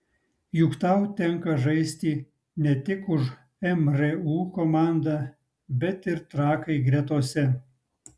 juk tau tenka žaisti ne tik už mru komandą bet ir trakai gretose